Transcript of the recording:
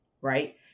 right